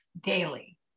Daily